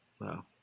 Wow